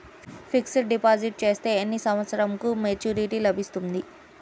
Fixed deposit చేస్తే ఎన్ని సంవత్సరంకు మెచూరిటీ లభిస్తుంది?